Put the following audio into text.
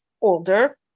older